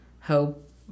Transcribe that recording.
hope